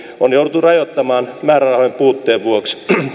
on jouduttu rajoittamaan määrärahojen puutteen vuoksi